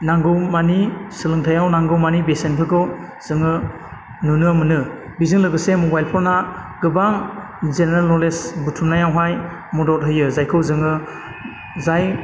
नांगौ मानि सोलोंथाइयाव नांगौ मानि बेसेनफोरखौ जोङो नुनो मोनो बेजों लोगोसे मबाइल फना गोबां जेनेरेल नलेज बुथुमनायावहाय मदद होयो जायखौ जोङो जाय